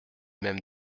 même